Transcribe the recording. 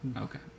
Okay